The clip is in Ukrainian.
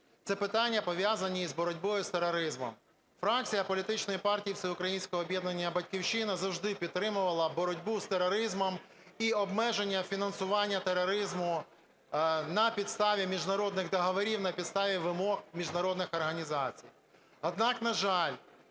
це питання, пов'язані з боротьбою з тероризмом. Фракція політичної партії Всеукраїнського об'єднання "Батьківщина" завжди підтримувала боротьбу з тероризмом і обмеження фінансування тероризму на підставі міжнародних договорів, на підставі вимог міжнародних організацій.